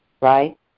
right